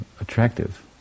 attractive